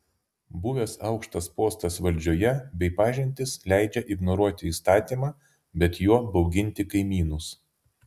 buvęs aukštas postas valdžioje bei pažintys leidžia ignoruoti įstatymą bet juo bauginti kaimynus